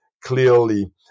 clearly